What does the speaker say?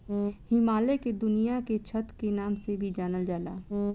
हिमालय के दुनिया के छत के नाम से भी जानल जाला